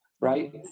Right